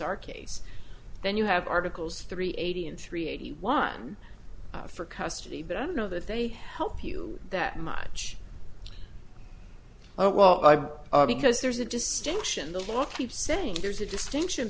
our case then you have articles three eighty and three eighty one for custody but i don't know that they help you that much oh well because there's a distinction the law keeps saying there's a distinction